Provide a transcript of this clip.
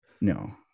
No